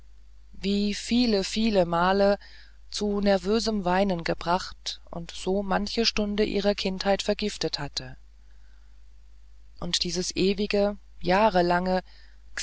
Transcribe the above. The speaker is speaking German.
wie viele viele male zu nervösem weinen gebracht und so manche stunde ihrer kindheit vergiftet hatte und dieses ewige jahrelange